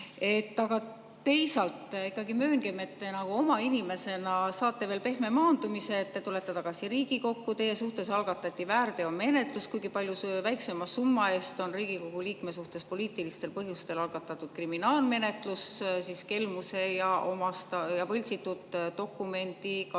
Teisalt ikkagi mööngem, et te nagu omainimesena saate pehme maandumise. Te tulete tagasi Riigikokku, teie suhtes algatati väärteomenetlus, kuigi palju väiksema summa korral on Riigikogu liikme suhtes poliitilistel põhjustel algatatud kriminaalmenetlus kelmuse ja võltsitud dokumendi kasutamise